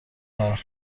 کرد